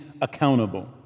accountable